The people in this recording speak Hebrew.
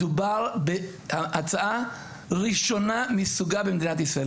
מדובר בהצעה ראשונה מסוגה במדינת ישראל,